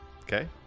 Okay